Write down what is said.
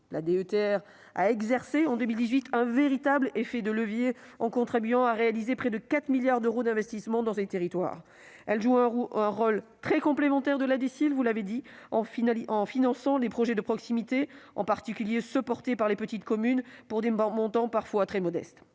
La DETR a exercé en 2018 un véritable effet de levier en contribuant à réaliser près de 4 milliards d'euros d'investissements dans ces territoires. Elle joue un rôle très complémentaire de la DSIL en finançant des projets de proximité, en particulier ceux qui sont soutenus par les petites communes pour des montants parfois très modestes.